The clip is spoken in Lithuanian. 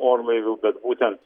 orlaivių bet būtent